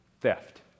theft